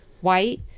white